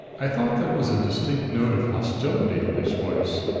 i thought there was a distinct note of hostility in his voice.